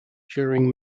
during